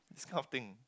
this kind of thing